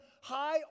high